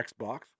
Xbox